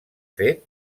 fet